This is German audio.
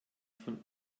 von